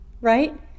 right